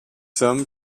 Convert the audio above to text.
some